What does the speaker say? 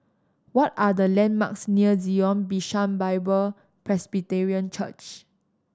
what are the landmarks near Zion Bishan Bible Presbyterian Church